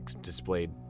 displayed